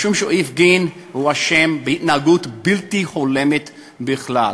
משום שהוא הפגין והוא אשם בהתנהגות בלתי הולמת בכלל.